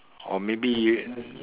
or maybe